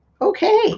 Okay